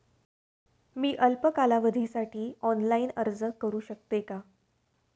मी अल्प कालावधीसाठी ऑनलाइन अर्ज करू शकते का?